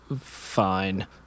fine